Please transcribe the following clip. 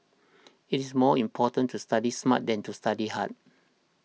it is more important to study smart than to study hard